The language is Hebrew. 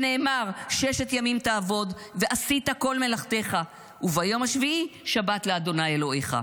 שנאמר: "ששת ימים תעבֹד ועשית כל מלאכתך ויום השביעי שבת לה' אלוהיך".